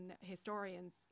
historians